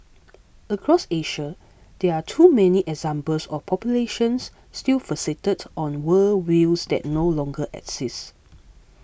across Asia there are too many examples of populations still fixated on worldviews that no longer exist